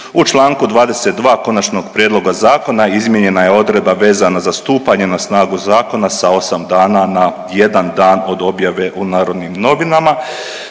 U čl. 22 konačnog prijedloga zakona izmijenjena je odredba vezana za stupanje na snagu zakona sa 8 dana na 1 dan od objave u Narodnim novinama.